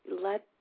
let